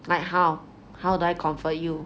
like how how do I comfort you